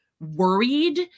worried